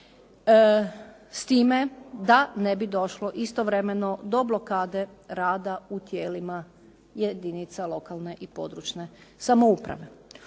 S time da ne bi došlo istovremeno do blokade rada u tijelima jedinica lokalne i područne samouprave.